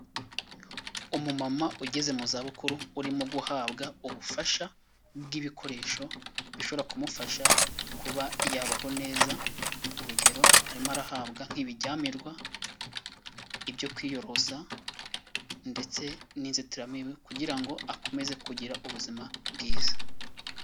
Umumama ugeze mu zabukuru, urimo guhabwa ubufasha bw'ibikoresho bishobora kumufasha, kuba yabaho neza, urugero arimo arahabwa nk'ibijyamirwa, ibyo kwiyorosa ndetse n'inzitiramibu, kugira ngo akomeze kugira ubuzima bwiza.